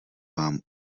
vám